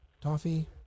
toffee